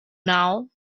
now